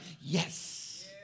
yes